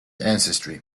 ancestry